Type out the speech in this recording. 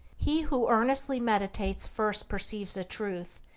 he who earnestly meditates first perceives a truth,